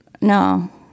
No